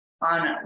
on